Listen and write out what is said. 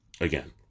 again